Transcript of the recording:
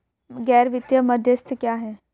गैर वित्तीय मध्यस्थ क्या हैं?